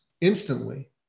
instantly